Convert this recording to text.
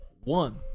one